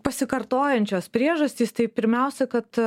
pasikartojančios priežastys tai pirmiausia kad